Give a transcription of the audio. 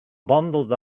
bundled